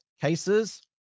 cases